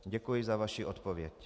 Děkuji za vaše odpověď.